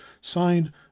signed